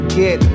get